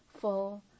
full